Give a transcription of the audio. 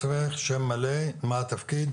ברור שהתקציב לא מכסה את הכל,